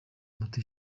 moto